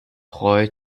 roy